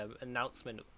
announcement